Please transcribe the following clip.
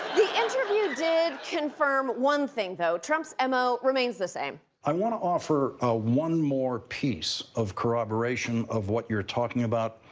the interview did confirm one thing, though. trump's m o. remains the same. i want to offer ah one more piece of corroboration of what you're talking about,